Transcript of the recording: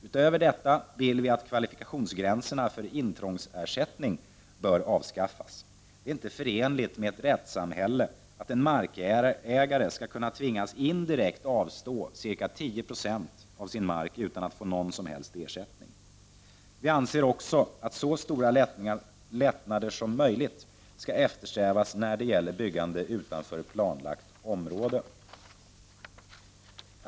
Utöver detta vill vi att kvalifikationsgränserna för intrångsersättning avskaffas. Det är inte förenligt med ett rättssamhälle att en markägare skall kunna tvingas att indirekt avstå ca 10 90 av sin mark utan att få någon som helst ersättning. Vi anser också att så stora lättnader som möjligt skall eftersträvas när det gäller byggande utanför planlagt område.